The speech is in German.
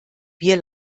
wir